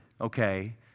okay